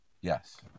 Yes